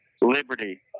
liberty